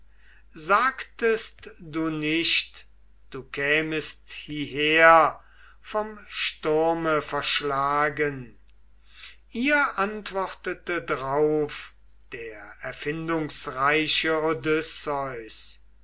sagtest du nicht du kämest hieher vom sturme verschlagen ihr antwortete drauf der erfindungsreiche